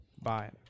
Bye